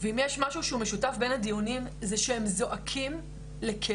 אם יש משהו שהוא משותף בין הדיונים הוא שהם זועקים לכלים,